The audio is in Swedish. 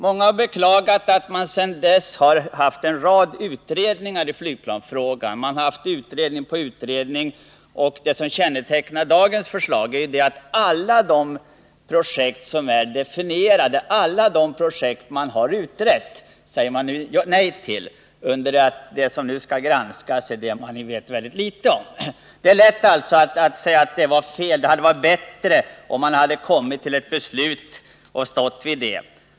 Många har beklagat att man under den här tiden tillsatt så många utredningar i flygplansfrågan. Det har gjorts utredning på utredning, och det som kännetecknar besluten är att man säger nej till alla de projekt som är definierade och som man har utrett, medan det som nu skall granskas är något som man vet litet om. Det är naturligtvis lätt att säga att detta är fel och att det hade varit bättre om ett beslut hade kunnat fattas 1977 och man hade stått fast vid det.